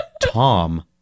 Tom